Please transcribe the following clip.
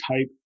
type